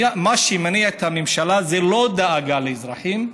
מה שמניע את הממשלה זה לא דאגה לאזרחים,